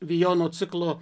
vijono ciklo